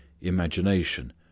imagination